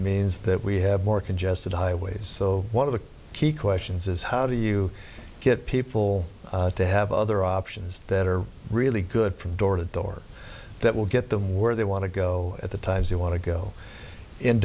means that we have more congested highways so one of the key questions is how do you get people to have other options that are really good from door to door that will get the word they want to go at the times you want to go in